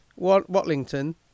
Watlington